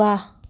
वाह